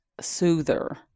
soother